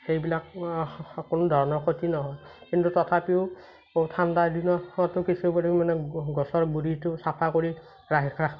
সেইবিলাক কোনো ধৰণৰ ক্ষতি নহয় কিন্তু তথাপিও ঠাণ্ডা দিনতো কিছু পৰিমাণে গছৰ গুড়িটো চাফা কৰি ৰাখ ৰাখি